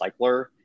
recycler